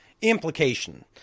implication